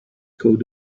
coat